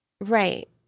Right